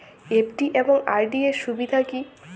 FD এবং RD এর সুবিধা কী?